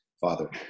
father